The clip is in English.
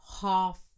half